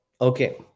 Okay